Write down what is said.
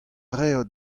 reot